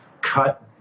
cut